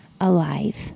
alive